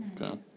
Okay